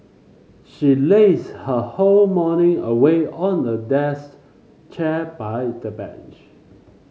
she lazed her whole morning away on a desk chair by the bunch